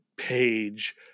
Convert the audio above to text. page